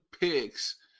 picks